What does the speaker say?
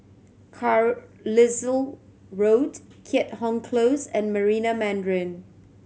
Carlisle Road Keat Hong Close and Marina Mandarin